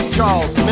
Charles